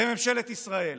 בממשלת ישראל.